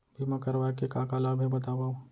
बीमा करवाय के का का लाभ हे बतावव?